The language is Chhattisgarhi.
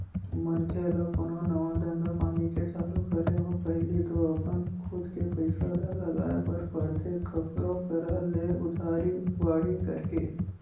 मनखे ल कोनो नवा धंधापानी के चालू करे म पहिली तो अपन खुद के पइसा ल लगाय बर परथे कखरो करा ले उधारी बाड़ही करके